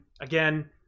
Again